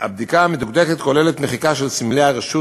הבדיקה המדוקדקת כוללת מחיקה של סמלי הרשות